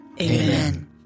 Amen